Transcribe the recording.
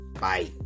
Bye